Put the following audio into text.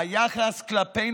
היחס כלפינו,